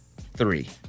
three